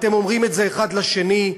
אתם אומרים את זה האחד לשני: